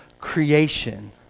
creation